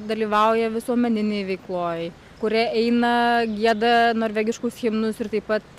dalyvauja visuomeninėj veikloj kurie eina gieda norvegiškus himnus ir taip pat